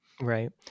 Right